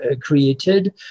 created